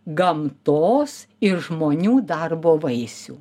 gamtos ir žmonių darbo vaisių